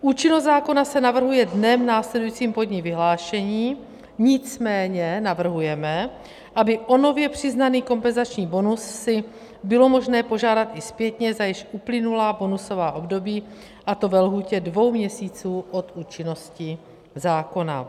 Účinnost zákona se navrhuje dnem následujícím po dni vyhlášení, nicméně navrhujeme, aby o nově přiznaný kompenzační bonus si bylo možné požádat i zpětně za již uplynulá bonusová období, a to ve lhůtě dvou měsíců od účinnosti zákona.